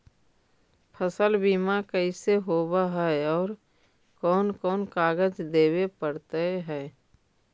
फसल बिमा कैसे होब है और कोन कोन कागज देबे पड़तै है?